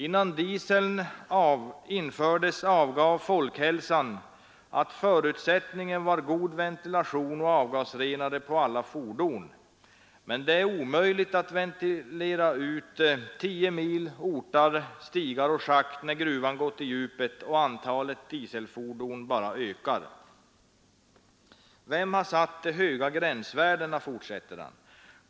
Innan dieseln infördes angav Folkhälsan att förutsättningen var god ventilation och avgasrenare på alla fordon. Men det är omöjligt att ventilera ut 10 mil ortar, stigar och schakt när gruvan gått på djupet och antalet dieselfordon bara ökar. ——— Vem har satt de höga gränsvärdena.